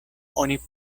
oni